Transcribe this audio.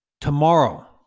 tomorrow